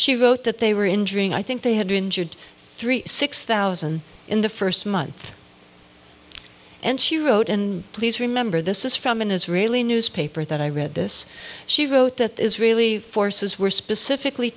she wrote that they were injuring i think they had injured three six thousand in the first month and she wrote and please remember this is from an israeli newspaper that i read this she wrote that israeli forces were specifically